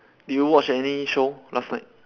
did you watch any show last night